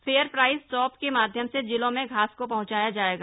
fair price shop के माध्यम से जिलों में घास को पहंचाया जाएगा